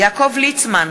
יעקב ליצמן,